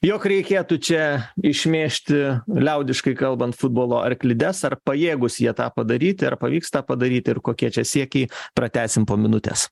jog reikėtų čia išmėžti liaudiškai kalbant futbolo arklides ar pajėgūs jie tą padaryti ar pavyksta padaryti ir kokie čia siekiai pratęsim po minutės